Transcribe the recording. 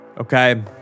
Okay